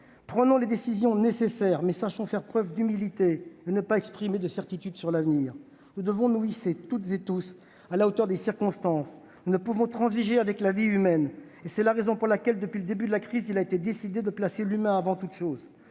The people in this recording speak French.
Prenons les décisions nécessaires, mais sachons faire preuve d'humilité et ne pas exprimer de certitudes sur l'avenir ! Nous devons nous hisser, toutes et tous, à la hauteur des circonstances. Nous ne pouvons transiger avec la vie humaine. C'est la raison pour laquelle, depuis le début de la crise, il a été décidé de placer l'humain avant toute chose.